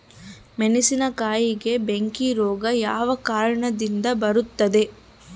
ಮೆಣಸಿನಕಾಯಿಗೆ ಬೆಂಕಿ ರೋಗ ಯಾವ ಕಾರಣದಿಂದ ಬರುತ್ತದೆ?